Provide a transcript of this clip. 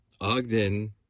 Ogden